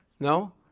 No